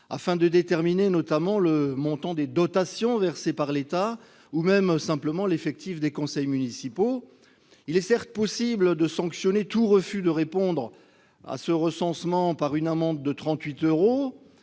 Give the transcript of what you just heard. afin de déterminer, par exemple, le montant des dotations versées par l'État ou tout simplement l'effectif des conseils municipaux. Il est possible de sanctionner tout refus de répondre à ce recensement par une amende de 38 euros,